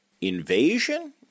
Invasion